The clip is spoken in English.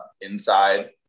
inside